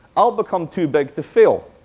i'll become too big to fail.